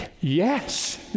yes